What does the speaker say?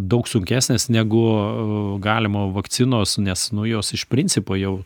daug sunkesnės negu galimo vakcinos nes nu jos iš principo jau